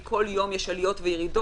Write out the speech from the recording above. כי בכל יום יש עליות וירידות.